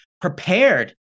prepared